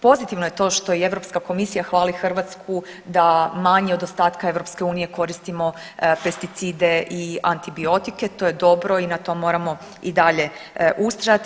Pozitivno je to što i Europska komisija hvali Hrvatsku da manje od ostatka EU koristimo pesticide i antibiotike, to je dobro i na tom moramo i dalje ustrajati.